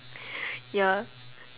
ya